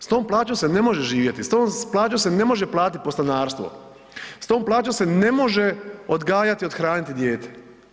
S tom plaćom se ne može živjeti, s tom plaćom se ne može platit podstanarstvo, s tom plaćom se ne može odgajati i othraniti dijete.